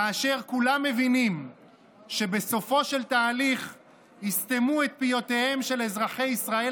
כאשר כולם מבינים שבסופו של תהליך יסתמו את פיותיהם של אזרחי ישראל